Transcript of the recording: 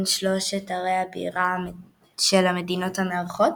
שלוש ערי הבירה של המדינות המארחות